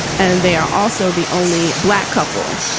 and they are also the only black couple.